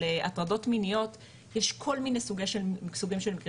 הטרדות מיניות יש כל מיני סוגים של מקרים.